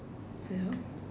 hello